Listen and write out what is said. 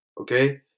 okay